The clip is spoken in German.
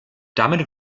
damit